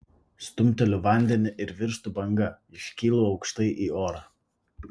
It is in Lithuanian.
stumteliu vandenį ir virstu banga iškylu aukštai į orą